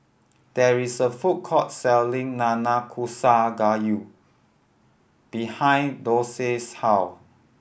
there is a food court selling Nanakusa Gayu behind Dorsey's house